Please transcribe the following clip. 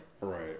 Right